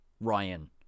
Ryan